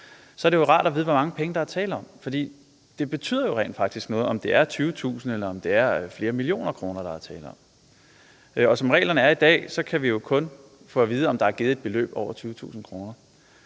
så er det jo rart at vide, hvor mange penge, der er tale om. For det betyder jo rent faktisk noget, om det er 20.000 kr., eller om det er flere millioner kroner, der er tale om. Og som reglerne er i dag, kan vi kun få at vide, om der er givet et beløb på over 20.000 kr..